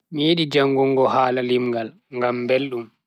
Mi yidi jangugo hala limngal, ngam beldum.